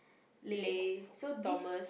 Lei so this